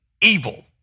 evil